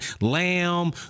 lamb